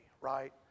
right